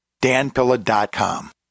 danpilla.com